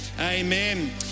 amen